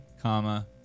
comma